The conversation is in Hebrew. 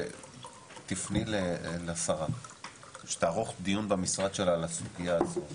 תפני לשרה שתערוך דיון במשרד שלה על הסוגיה הזאת ,